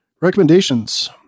Recommendations